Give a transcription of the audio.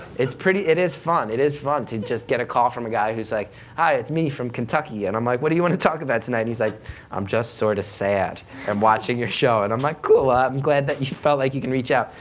it's pretty, it is fun. it is fun to just get a call from a guy who's like hi, it's me from kentucky. and i'm like what do you want to talk about tonight? and he's like i'm just sorta sad and watching your show. and i'm like, cool, ah i'm glad but you felt like you could reach out.